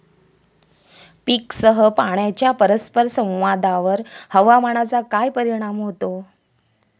पीकसह पाण्याच्या परस्पर संवादावर हवामानाचा काय परिणाम होतो?